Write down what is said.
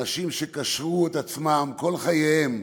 אנשים שקשרו את עצמם כל חייהם,